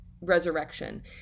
resurrection